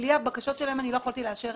בלי הבקשות שלהן לא יכולתי לאשר.